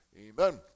Amen